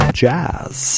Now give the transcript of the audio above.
jazz